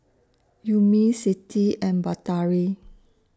Ummi Siti and Batari